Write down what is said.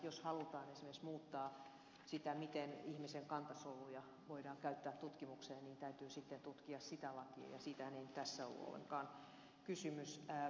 jos halutaan esimerkiksi muuttaa sitä miten ihmisen kantasoluja voidaan käyttää tutkimukseen niin täytyy sitten tutkia sitä lakia ja siitähän ei tässä ollut ollenkaan kysymys